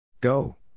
Go